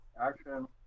action